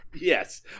Yes